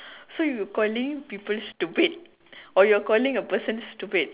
so if you calling people stupid or you're calling a person stupid